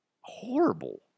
horrible